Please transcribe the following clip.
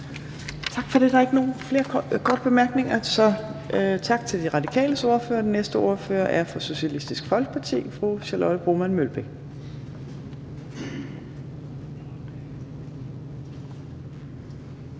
Tak for det. Der er ikke flere korte bemærkninger, så tak til De Radikales ordfører. Den næste ordfører er fra Socialistisk Folkeparti, fru Charlotte Broman Mølbæk.